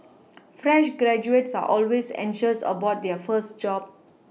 fresh graduates are always anxious about their first job